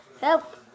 Help